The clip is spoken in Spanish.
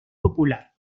popular